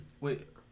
Wait